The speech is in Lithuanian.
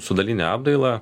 su daline apdaila